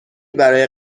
برای